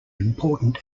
important